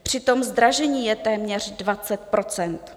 Přitom zdražení je téměř 20 %.